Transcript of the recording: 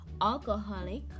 alcoholic